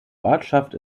ortschaft